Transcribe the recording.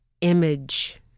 Image